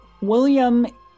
William